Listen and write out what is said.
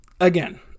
Again